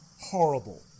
horrible